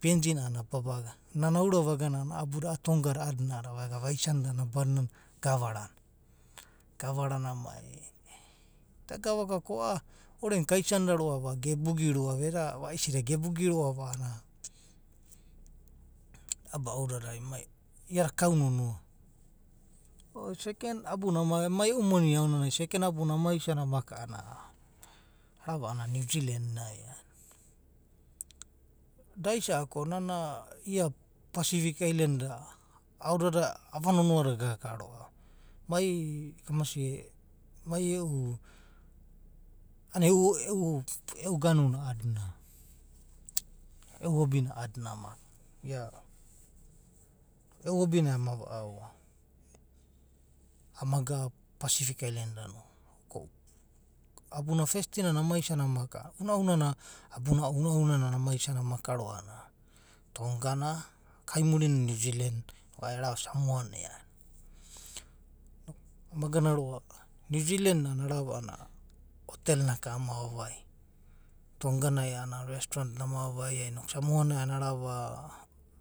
PNG na anana babaga. Nana aurawa vagana abuda a’a tonga na a’adina a’adada vagana vaisanida badinana gavarana. gavarana mai da garaka ko a’a orenai kaisanida roa’va ge’boogi roa’va, eda uaisi’da ge’boogi roa’va anana. a’adada baunanai mai iada kau nonoa. Seken abuna, mai e’u moni, seken abuna ama isania a’anana, arava’ana new zealand e’aena. Daisa’aku ko nana ia pacific ailenda aodada ava nonoa da gaga rea’va mai kamasia mai e’u, a’anana e’u, e’u ganuna a’adina, e’u hobi na a’adina e’u ganuna a’adina. e’u hobi na a’adina amaka. ia, e’u hobinai ama ua’aoa, ama gana pacific ailenda no. Abuna festinana ama isana amaka, unaunana, abuna unauna na ama isana aka roa’va a’anana tonga na kaimurinana new zealand noku ai arana samoa na e’aena. Amagana new zealand na a’anana arava hotel naka ama uava vaia, tonga nai a’anana restaurant na ka ama uava vaia noku samoa nai a’anana arava